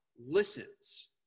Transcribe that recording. listens